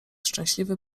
szczęśliwy